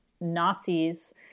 Nazis